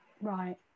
right